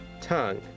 tongue